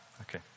Okay